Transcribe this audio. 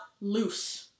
Loose